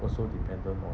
also dependent on